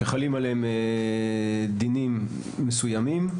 שחלים עליהם דינים מסוימים.